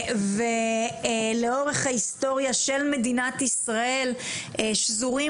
ולאורך ההיסטוריה של מדינת ישראל שזורים